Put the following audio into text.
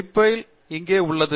பிப் file இங்கே உள்ளது